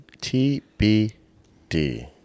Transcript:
T-B-D